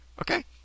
Okay